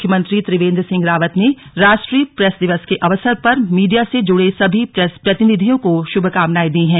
मुख्यमंत्री त्रिवेन्द्र सिंह रावत ने राष्ट्रीय प्रेस दिवस के अवसर पर मीडिया से जुड़े सभी प्रेस प्रतिनिधियों को शुभकामनाएं दी है